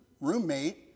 roommate